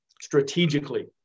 strategically